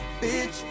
bitch